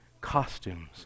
costumes